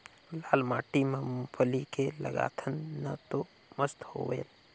लाल माटी म मुंगफली के लगाथन न तो मस्त होयल?